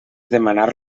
demanar